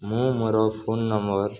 ମୁଁ ମୋର phone number